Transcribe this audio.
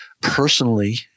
Personally